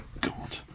God